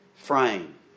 Frame